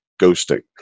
ghosting